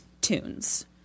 tunes